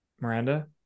Miranda